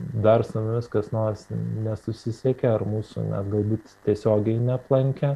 dar su mumis kas nors nenusisekė ar mūsų negali tiesiogiai neaplankė